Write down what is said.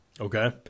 Okay